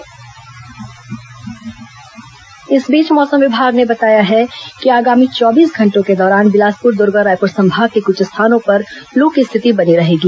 मौसम इस बीच मौसम विभाग ने बताया है कि आगामी चौबीस घंटों के दौरान बिलासपुर दुर्ग और रायपुर संभाग के कुछ स्थानों पर लू की स्थिति बनी रहेगी